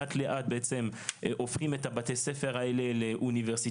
לאט לאט בעצם הופכים את בתי הספר האלה לאוניברסיטאות